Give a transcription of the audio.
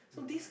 mm